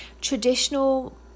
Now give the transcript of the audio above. traditional